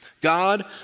God